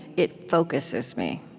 it focuses me.